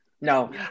no